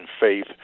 faith